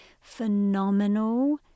phenomenal